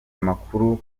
amakuru